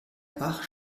bach